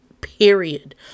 Period